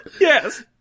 Yes